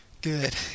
Good